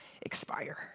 expire